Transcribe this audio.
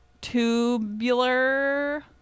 tubular